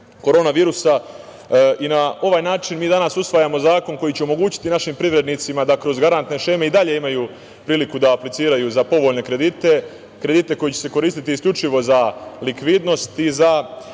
korona virusa i na ovaj način mi danas usvajamo zakon koji će omogućiti našim privrednicima da kroz garantne šeme i dalje imaju priliku da apliciraju za povoljne kredite, kredite koji će se koristiti isključivo za likvidnost i za